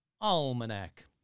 Almanac